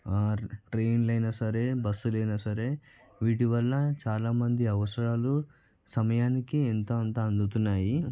ఆ ట్రైన్లు అయినా సరే బస్సులైనా సరే వీటివల్ల చాలా మంది అవసరాలు సమయానికి ఎంత అంత అందుతున్నాయి